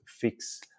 fix